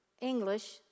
English